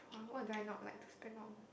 !wah! what do I not like to spend on